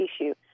issue